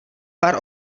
pár